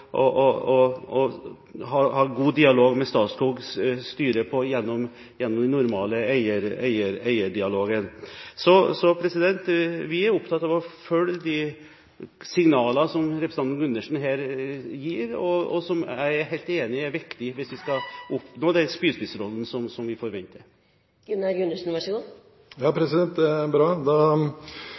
ha god dialog med Statskogs styre gjennom den normale eierdialogen. Vi er opptatt av å følge de signalene som representanten Gundersen her gir, og som jeg er helt enig i at er viktig hvis vi skal oppnå den spydspissrollen som vi forventer.